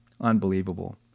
Unbelievable